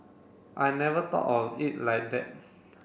I never thought of it like that